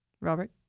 Robert